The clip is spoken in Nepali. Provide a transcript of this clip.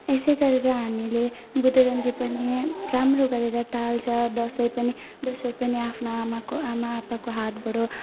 यसै गरेर हामीले बुद्ध जयन्ती पनि राम्रो गरेर टार्छ दसैँ पनि दसैँ पनि आफ्नो आमाको आमा आप्पाको हातबाट